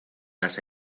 las